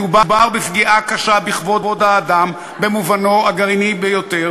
מדובר בפגיעה קשה בכבוד האדם במובנו הגרעיני ביותר,